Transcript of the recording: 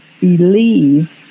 believe